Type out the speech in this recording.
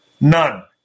None